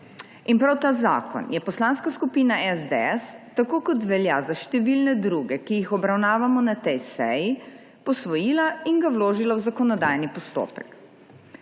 Prav ta zakon je Poslanska skupina SDS, tako kot velja za številne druge, ki jih obravnavamo na tej seji, posvojila in ga vložila v zakonodajni postopek.